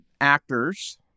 actors